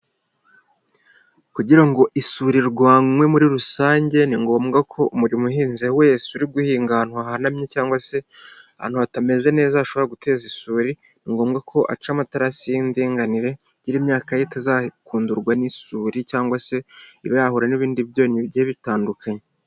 Kugira ngo isuri irwanywe muri rusange ni ngombwa ko buri muhinzi wese uri guhinga ahantu hahanamye cyangwa se ahantu hatameze neza hashobora guteza isuri, ni ngombwa ko aca amatarasi y'indinganire kugira imyaka ye itazakundurwa n'isuri, cyangwa se ibe yahura n'ibindi byonyi bigiye bitandukanye.